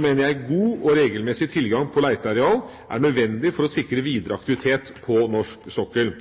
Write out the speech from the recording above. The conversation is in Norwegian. mener jeg god og regelmessig tilgang på leteareal er nødvendig for å sikre videre aktivitet på norsk sokkel.